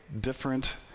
different